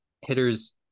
hitters